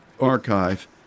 archive